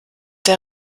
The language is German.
der